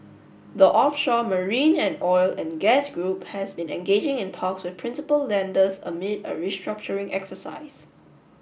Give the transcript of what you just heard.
the offshore marine and oil and gas group has been engaging in talks with principal lenders amid a restructuring exercise